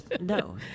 no